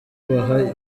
baha